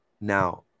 Now